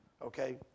Okay